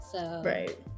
Right